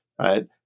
right